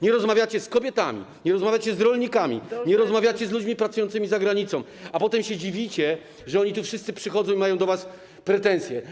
Nie rozmawiacie z kobietami, nie rozmawiacie z rolnikami, nie rozmawiacie z ludźmi pracującymi za granicą, a potem się dziwicie, że oni tu wszyscy przychodzą i mają do was pretensje.